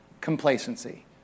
Complacency